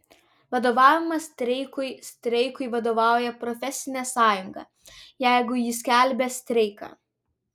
vadovavimas streikui streikui vadovauja profesinė sąjunga jeigu ji skelbia streiką